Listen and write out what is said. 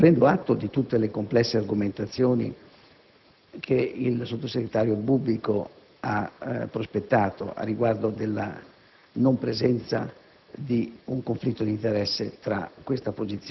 dottoressa Rosaria Romano, prendo atto di tutte le complesse argomentazioni che il sottosegretario Bubbico ha prospettato riguardo la non presenza